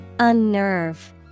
Unnerve